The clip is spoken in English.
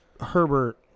Herbert